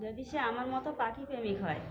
যদি সে আমার মতো পাখি প্রেমিক হয়